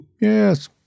Yes